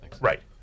Right